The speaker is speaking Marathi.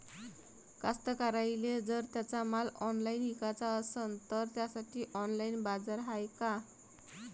कास्तकाराइले जर त्यांचा माल ऑनलाइन इकाचा असन तर त्यासाठी ऑनलाइन बाजार हाय का?